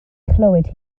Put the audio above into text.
chlywed